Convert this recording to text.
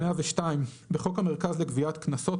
102. בחוק המרכז לגביית קנסות,